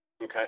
Okay